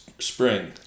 Spring